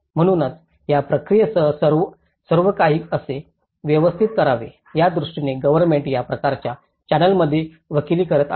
म्हणूनच या प्रक्रियेसह सर्व काही कसे व्यवस्थित करावे या दृष्टीने गव्हर्नमेंट या प्रकारच्या चॅनेलमध्ये वकिल करत आहे